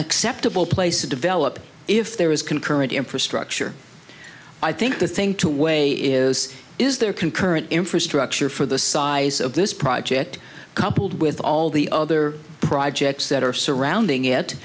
acceptable place to develop if there is concurrent infrastructure i think the thing to weigh is is there concurrent infrastructure for the size of this project coupled with all the other projects that are surrounding it